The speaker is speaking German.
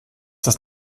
das